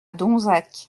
donzac